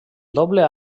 doble